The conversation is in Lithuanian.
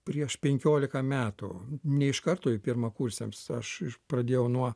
prieš penkiolika metų ne iš karto į pirmakursiams aš pradėjau nuo